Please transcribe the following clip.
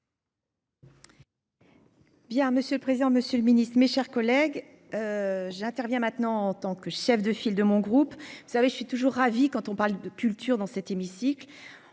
Bien monsieur le président, Monsieur le Ministre, mes chers collègues. J'interviens maintenant en tant que chef de file de mon groupe. Vous savez, je suis toujours ravi quand on parle de culture dans cet hémicycle